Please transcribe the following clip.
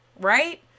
Right